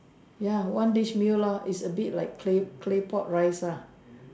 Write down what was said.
ya one dish meal lor it's a bit like clay clay pot rice lah